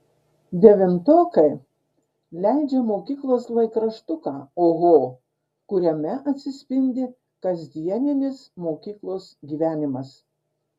devintokai leidžia mokyklos laikraštuką oho kuriame atsispindi kasdieninis mokyklos gyvenimas